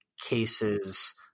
cases